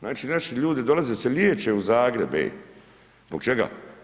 Znači naši ljudi dolaze da se liječe u Zagreb, zbog čega?